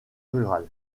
rural